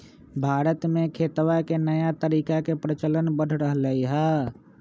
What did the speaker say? भारत में खेतवा के नया तरीका के प्रचलन बढ़ रहले है